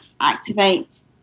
activate